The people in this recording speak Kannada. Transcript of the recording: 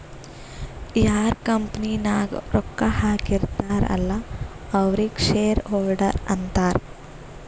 ಯಾರ್ ಕಂಪನಿ ನಾಗ್ ರೊಕ್ಕಾ ಹಾಕಿರ್ತಾರ್ ಅಲ್ಲಾ ಅವ್ರಿಗ ಶೇರ್ ಹೋಲ್ಡರ್ ಅಂತಾರ